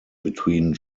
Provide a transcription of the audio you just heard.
between